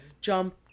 jump